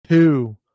Two